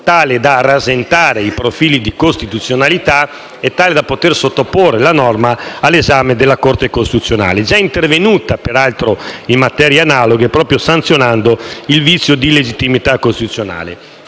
tale da rasentare i profili di incostituzionalità e da poter sottoporre la norma all'esame della Corte costituzionale, che peraltro è già intervenuta in materie analoghe, proprio sanzionando il vizio di illegittimità costituzionale.